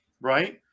Right